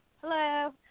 Hello